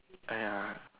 !aiya!